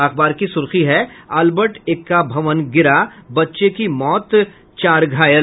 अखबर की सुर्खी है अल्बर्ट एक्का भवन गिरा बच्चे की मौत चार घायल